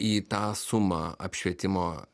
į tą sumą apšvietimo